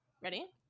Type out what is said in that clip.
Ready